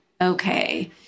okay